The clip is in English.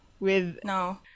No